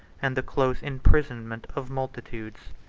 and the close imprisonment of multitudes.